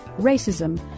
racism